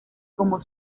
como